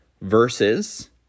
verses